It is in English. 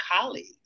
colleagues